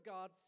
God